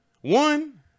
one